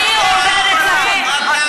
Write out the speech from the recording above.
את במקרה מצדדת פה בחיזבאללה.